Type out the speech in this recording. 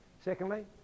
secondly